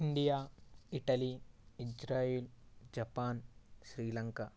India Italy Israel Japan Sri Lanka